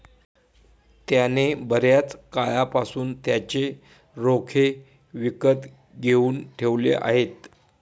त्याने बर्याच काळापासून त्याचे रोखे विकत घेऊन ठेवले आहेत